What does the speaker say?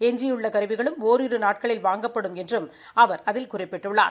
எஞ்சியுள்ள கருவிகளும் ஓரிரு நாட்களில் வாங்கப்படும் என்றும் அவர் அதில் குறிப்பிட்டுள்ளார்